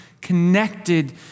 connected